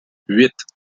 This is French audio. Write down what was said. huit